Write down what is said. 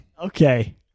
Okay